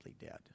dead